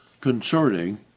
concerning